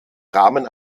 rahmen